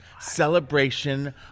celebration